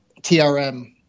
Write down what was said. TRM